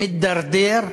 מידרדר,